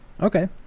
Okay